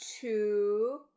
two